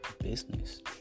business